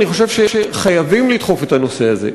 אני חושב שחייבים לדחוף את הנושא הזה.